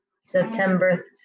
September